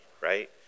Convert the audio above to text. right